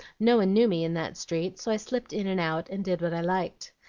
no one knew me in that street, so i slipped in and out, and did what i liked.